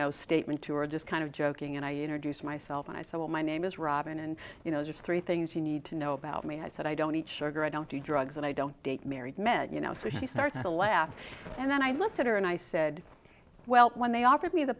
puno statement you're just kind of joking and i entered use myself and i said well my name is robin and you know just three things you need to know about me i said i don't eat sugar i don't do drugs and i don't date married men you know so she started to laugh and then i looked at her and i said well when they offered me the